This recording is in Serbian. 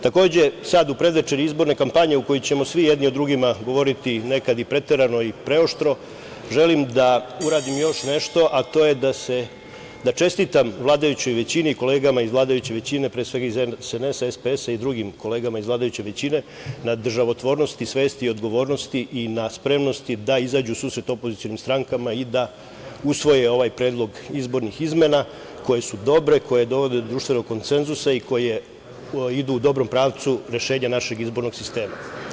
Takođe, sada u predvečerju izborne kampanje u kojoj ćemo svi jedni o drugima govoriti nekad i preterano i preoštro, želim da uradim još nešto, a to je da čestitam vladajućoj većini, kolegama iz vladajuće većine, pre svega iz SNS, SPS i drugim kolegama iz vladajuće većine na državotvornosti, svesti, odgovornosti i na spremnosti da izađu u susret opozicionim strankama da usvoje ovaj predlog izborni izmena koje su dobre, koje dovode do društvenog konsenzusa i koje idu u dobrom pravcu rešenja našeg izbornog sistema.